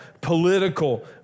political